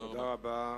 תודה רבה.